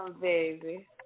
baby